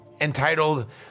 entitled